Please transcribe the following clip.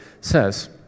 says